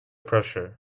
pressure